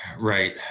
Right